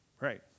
Right